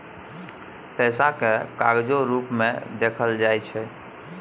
पैसा केँ कागजो रुप मे देखल जाइ छै